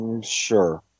Sure